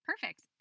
Perfect